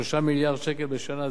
מיליארד שקל בשנה.